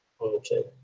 Okay